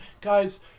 guys